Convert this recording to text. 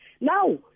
now